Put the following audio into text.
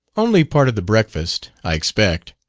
only part of the breakfast, i expect,